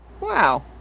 Wow